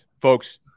folks